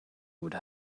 would